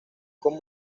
como